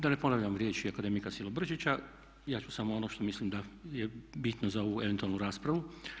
Da ne ponavljam riječi akademika Silobrčića, ja ću samo ono što mislim da je bitno za ovu eventualnu raspravu.